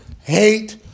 hate